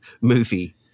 movie